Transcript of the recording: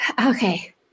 Okay